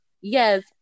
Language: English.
yes